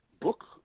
book